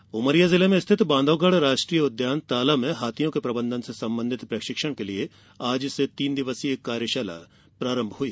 कार्यशाला उमरिया जिले में स्थित बांधवगढ़ राष्ट्रीय उद्यान ताला में हाथियों के प्रबंधन से संबंधित प्रशिक्षण के लिए आज से तीन दिवसीय कार्यशाला शुरू हुई